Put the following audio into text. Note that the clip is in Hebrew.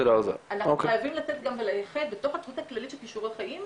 אנחנו חייבים לייחד בתוך התכנית הכללית של כישורי חיים,